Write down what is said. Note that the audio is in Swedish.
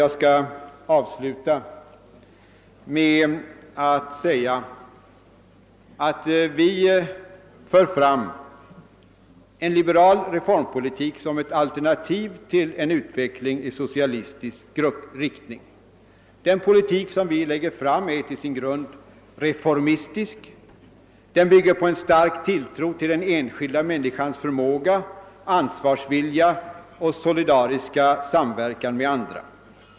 Jag skall avsluta med att säga att vi för fram en liberal reformpolitik som ett alternativ till en utveckling i socialistisk riktning. Den politik vi framlägger är till sin grund reformistisk, den bygger på en stark tilltro till den enskilda människans förmåga, ansvarsvilja och solidariska samverkan med andra.